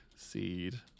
seed